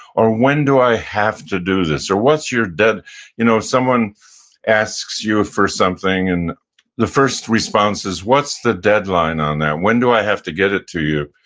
or, when do i have to do this, or, what's your, if you know someone asks you for something, and the first response is, what's the deadline on that? when do i have to get it to you?